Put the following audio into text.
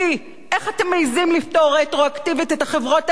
איך אתם מעזים לפטור רטרואקטיבית את החברות העשירות